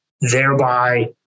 thereby